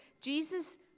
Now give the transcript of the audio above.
Jesus